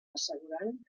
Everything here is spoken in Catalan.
assegurant